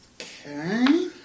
Okay